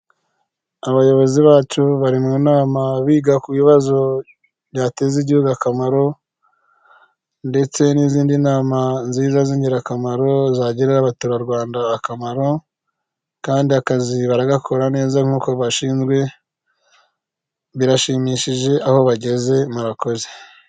Abayobozi bacu bari mu nama biga ku bibazo byateza igihugu akamaro ndetse n'izindi nama nziza z'ingirakamaro zagirira abaturarwanda akamaro kandi akazi bagakora neza nk'uko bashinzwe birashimishije aho bageze murakoze.